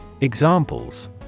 Examples